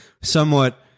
somewhat